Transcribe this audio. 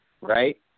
Right